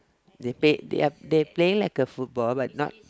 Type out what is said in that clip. they play~ they are they playing like a football but not